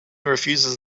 refuses